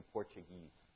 Portuguese